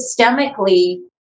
systemically